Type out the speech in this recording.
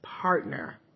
partner